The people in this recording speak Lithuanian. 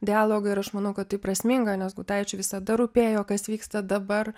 dialogą ir aš manau kad tai prasminga nes gudaičiui visada rūpėjo kas vyksta dabar